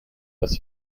was